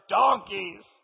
donkeys